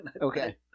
Okay